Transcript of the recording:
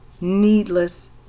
needless